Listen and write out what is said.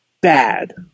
bad